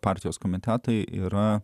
partijos komitetai yra